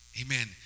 Amen